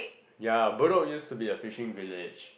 ya Bedok used to be a fishing village